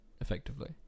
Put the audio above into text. effectively